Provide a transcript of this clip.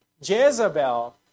Jezebel